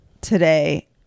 today